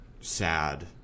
sad